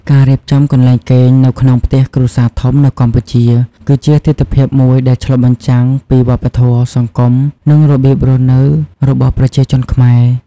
ការរៀបចំកន្លែងគេងនៅក្នុងផ្ទះគ្រួសារធំនៅកម្ពុជា គឺជាទិដ្ឋភាពមួយដែលឆ្លុះបញ្ចាំងពីវប្បធម៌ សង្គម និងរបៀបរស់នៅរបស់ប្រជាជនខ្មែរ។